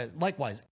Likewise